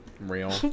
Real